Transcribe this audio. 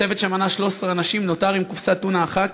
צוות שמנה 13 אנשים נותר עם קופסת טונה אחת.